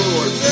Lord